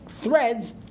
threads